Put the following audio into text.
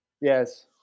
Yes